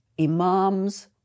imams